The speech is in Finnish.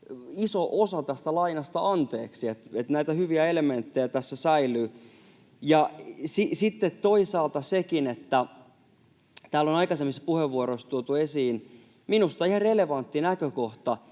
iso osa tästä lainasta anteeksi. Näitä hyviä elementtejä tässä säilyy. Sitten toisaalta sekin, että täällä on aikaisemmissa puheenvuoroissa tuotu esiin minusta ihan relevantti näkökohta,